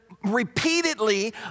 repeatedly